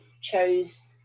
chose